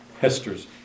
Hester's